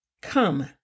Come